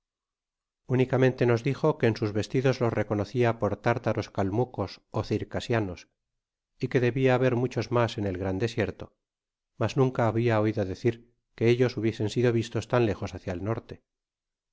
unicamente nos dijo que en sus vestidos los reconocia por tártaros kalmucos ó circasianos y que debia haber muchos mas en el gran desierto mas nunca habia oido decir que ellos hubiesen sido vistos tan lejos hácia el norte